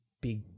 Big